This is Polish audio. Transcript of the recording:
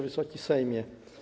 Wysoki Sejmie!